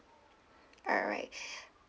alright